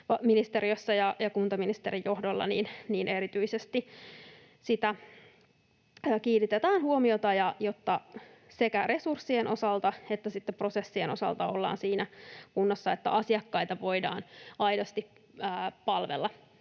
valtiovarainministeriössä ja kuntaministerin johdolla erityisesti tähän kiinnitetään huomiota, jotta sekä resurssien osalta että prosessien osalta ollaan siinä kunnossa, että asiakkaita voidaan aidosti palvella.